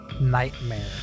nightmare